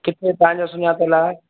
किथे तांजो सुञातल हे